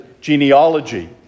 genealogy